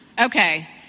Okay